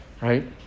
right